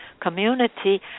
community